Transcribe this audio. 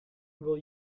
will